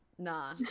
Nah